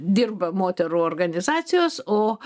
dirba moterų organizacijos o